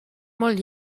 molt